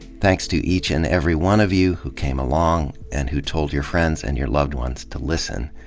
thanks to each and every one of you who came along, and who told your friends and your loved ones to listen.